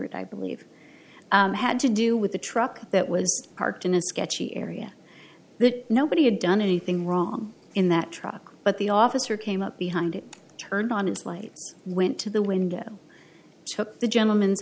stewart i believe had to do with the truck that was parked in a sketchy area that nobody had done anything wrong in that truck but the officer came up behind it turned on its lights went to the window took the gentleman's